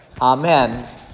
Amen